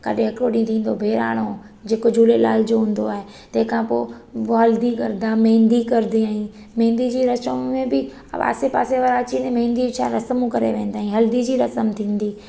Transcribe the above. कॾे हिकिड़ो ॾींहुं थींदो बहिराणो जेको झूलेलाल जो हूंदो आहे तंहिं खां पोइ हल्दी करंदा मेंदी करंदी आहीं मेंदी जी रसम में बि आसे पासे वारा अची वेंदा आहिनि मेंदी चारि रसमूं करे वेंदा आहिनि हल्दी जी रसम थींदी